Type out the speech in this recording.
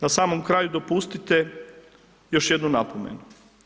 Na samom kraju dopustite još jednu napomenu.